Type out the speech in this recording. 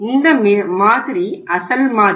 இந்த மாதிரி அசல் மாதிரி